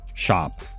shop